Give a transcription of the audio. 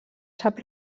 sap